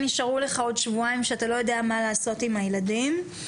נשארו עוד שבועיים בהם לא יודעים מה לעשות עם הילדים.